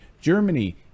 Germany